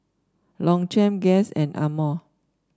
Longchamp Guess and Amore